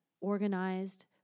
organized